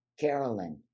Carolyn